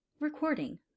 Recording